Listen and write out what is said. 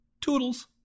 Toodles